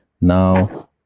now